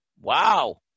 Wow